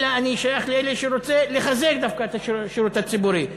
אלא אני שייך לאלה שרוצים לחזק דווקא את השירות הציבורי,